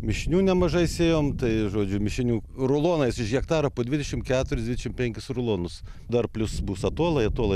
mišinių nemažai sėjom tai žodžių mišinių rulonais iš hektaro po dvidešimt keturis dvidešimt penkis rulonus dar plius bus atolai atolai